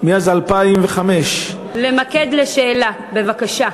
מאז 2005. למקד בשאלה, בבקשה,